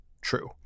true